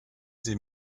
sie